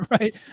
right